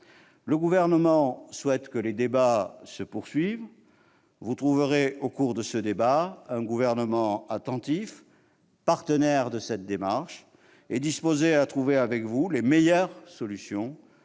Le Gouvernement souhaite que les débats se poursuivent. Vous le trouverez, au cours de ce débat, attentif, partenaire de cette démarche et disposé à trouver avec vous les meilleures solutions